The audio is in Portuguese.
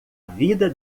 vida